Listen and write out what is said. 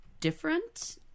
different